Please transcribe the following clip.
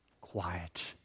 quiet